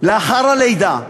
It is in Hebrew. לאחר הלידה.